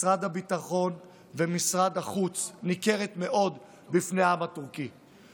משרד הביטחון ומשרד החוץ ניכרת מאוד בפני העם הטורקי.